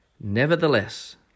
Nevertheless